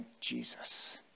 Jesus